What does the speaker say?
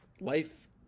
life